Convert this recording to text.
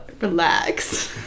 relax